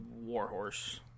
Warhorse